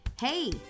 Hey